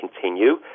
continue